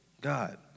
God